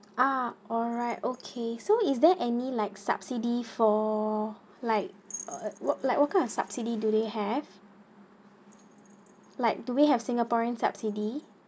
ah alright okay so is there any like subsidy for like uh work like workers subsidy do they have like do we have singaporean subsidy